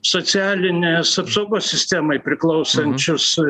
socialinės apsaugos sistemai priklausančius